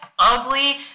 ugly